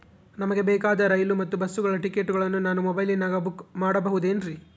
ನಮಗೆ ಬೇಕಾದ ರೈಲು ಮತ್ತ ಬಸ್ಸುಗಳ ಟಿಕೆಟುಗಳನ್ನ ನಾನು ಮೊಬೈಲಿನಾಗ ಬುಕ್ ಮಾಡಬಹುದೇನ್ರಿ?